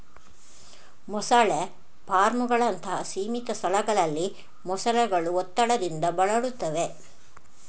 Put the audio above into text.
ಮೊಸಳೆ ಫಾರ್ಮುಗಳಂತಹ ಸೀಮಿತ ಸ್ಥಳಗಳಲ್ಲಿ ಮೊಸಳೆಗಳು ಒತ್ತಡದಿಂದ ಬಳಲುತ್ತವೆ